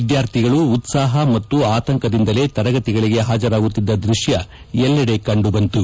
ವಿದ್ಯಾರ್ಥಿಗಳು ಉತ್ಸಾಹ ಮತ್ತು ಆತಂಕದಿಂದಲೇ ತರಗತಿಗಳಿಗೆ ಹಾಜರಾಗುತ್ತಿದ್ದ ದೃಕ್ಕ ಎಲ್ಲೆಡೆ ಕಂಡುಬಂತು